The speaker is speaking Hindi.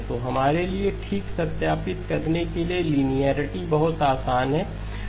तो हमारे लिए ठीक सत्यापित करने के लिए लिनियेरिटी बहुत आसान है